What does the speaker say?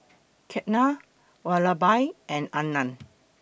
Ketna Vallabhbhai and Anand